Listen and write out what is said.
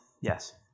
yes